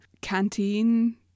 canteen